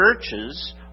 churches